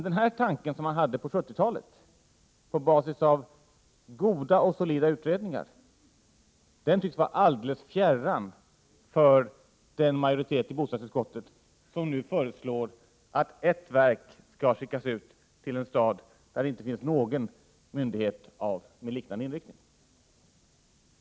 Denna tanke, som man hade på 70-talet på basis av goda och solida I utredningar, tycks vara helt fjärran för den majoritet i bostadsutskottet som nu föreslår att ett verk skall skickas ut till en stad där det inte finns någon myndighet med liknande inriktning.